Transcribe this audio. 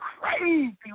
crazy